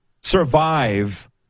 survive